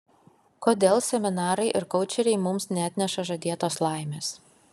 kodėl seminarai ir koučeriai mums neatneša žadėtos laimės